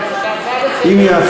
דיון במקום הצעת חוק,